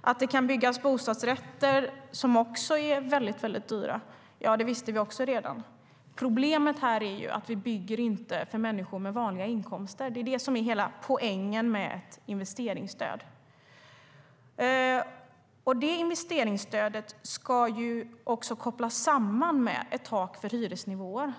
Att det kan byggas bostadsrätter som är väldigt dyra visste vi också redan. Problemet är att vi inte bygger för människor med vanliga inkomster. Det är det som är hela poängen med ett investeringsstöd. Investeringsstödet ska ju också kopplas samman med ett tak för hyresnivåer.